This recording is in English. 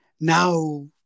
now